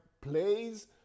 plays